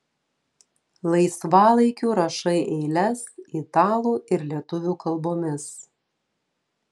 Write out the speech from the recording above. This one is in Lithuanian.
laisvalaikiu rašai eiles italų ir lietuvių kalbomis